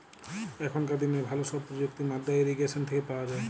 এখনকার দিনের ভালো সব প্রযুক্তি মাদ্দা ইরিগেশন থেকে পাওয়া যায়